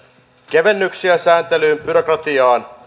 kevennyksiä sääntelyyn byrokratiaan